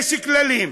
יש כללים,